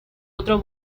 otro